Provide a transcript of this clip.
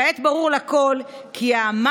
כעת ברור לכול כי "מה?